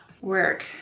work